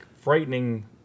frightening